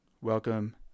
welcome